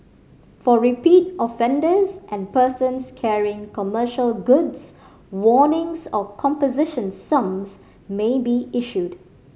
for repeat offenders and persons carrying commercial goods warnings or composition sums may be issued